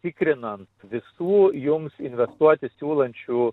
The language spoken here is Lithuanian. tikrinant visų jums investuoti siūlančių